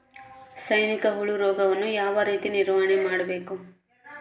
ಸೈನಿಕ ಹುಳು ರೋಗವನ್ನು ಯಾವ ರೇತಿ ನಿರ್ವಹಣೆ ಮಾಡಬೇಕ್ರಿ?